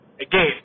again